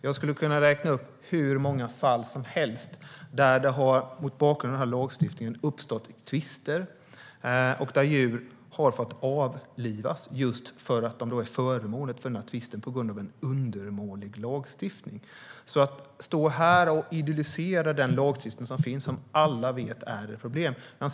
Jag skulle kunna räkna upp hur många fall som helst där det mot bakgrund av den här lagstiftningen har uppstått tvister, och djur har fått avlivas just för att de är föremål för tvister på grund av en undermålig lagstiftning. Att stå här och idyllisera den lagstiftning som alla vet är ett problem håller inte.